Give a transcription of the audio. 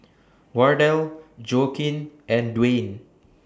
Wardell Joaquin and Dwayne